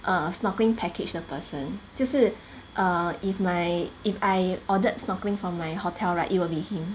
err snorkeling package 的 person 就是 err if my if I ordered snorkeling from my hotel right it will be him